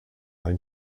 ein